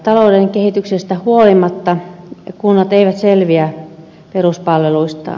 talouden kehityksestä huolimatta kunnat eivät selviä peruspalveluistaan